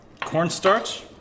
cornstarch